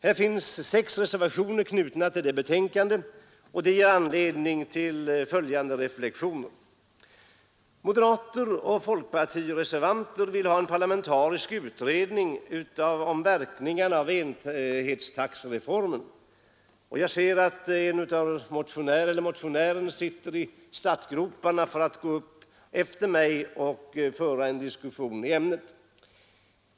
Det finns sex reservationer knutna till betänkandet, och de ger anledning till följande reflexioner. Moderater och folkpartireservanter vill ha en parlamentarisk utredning om verkningarna av enhetstaxereformen, och jag ser att motionären sitter i startgroparna för att gå upp efter mig och föra en diskussion i ämnet.